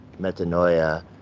metanoia